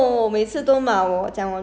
but then 我也是很 noob lah